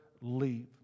leave